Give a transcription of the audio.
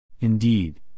Indeed